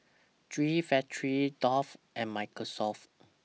G Factory Dove and Microsoft